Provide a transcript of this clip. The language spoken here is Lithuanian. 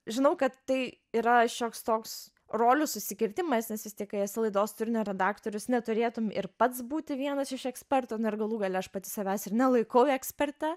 žinau kad tai yra šioks toks rolių susikirtimas nes vis tiek kai esi laidos turinio redaktorius neturėtum ir pats būti vienas iš ekspertų na ir galų gale aš pati savęs ir nelaikau eksperte